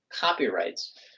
copyrights